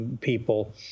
people